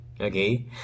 Okay